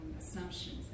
assumptions